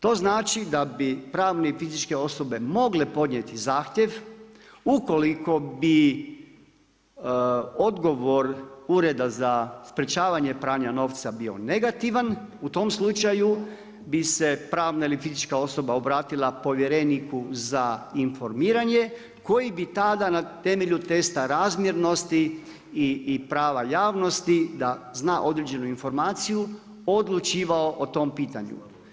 To znači da bi pravne i fizičke osobe mogle podnijeti zahtjev, ukoliko bi odgovor Ureda za sprječavanje pranja novca bio negativan, u tom slučaju bi se pravna ili fizička osoba obratila povjereniku za informiranje koji bi tada na temelju testa razmjernosti i prava javnosti da zna određenu informaciju odlučivao o tom pitanju.